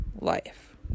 life